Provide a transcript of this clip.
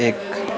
एक